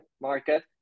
market